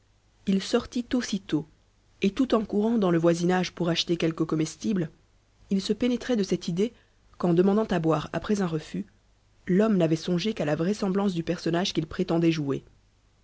il sortit aussitôt et tout en courant dans le voisinage pour acheter quelques comestibles il se pénétrait de cette idée qu'en demandant à boire après un refus l'homme n'avait songé qu'à la vraisemblance du personnage qu'il prétendait jouer